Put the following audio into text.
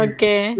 Okay